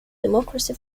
democracy